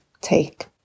Take